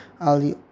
Ali